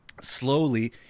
Slowly